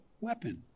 weapon